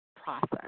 process